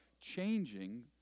changing